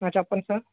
చెప్పండి సార్